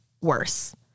worse